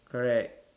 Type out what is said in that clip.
correct